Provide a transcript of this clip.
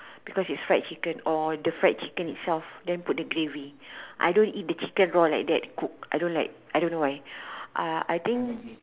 because it's fried chicken or the fried chicken itself then put the gravy I don't eat the chicken raw like that cooked I don't like I don't know why uh I think